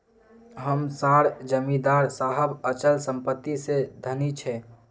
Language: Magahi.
हम सार जमीदार साहब अचल संपत्ति से धनी छे